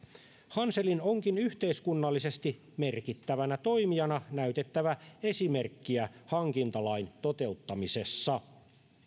hanselin onkin yhteiskunnallisesti merkittävänä toimijana näytettävä esimerkkiä hankintalain toteuttamisessa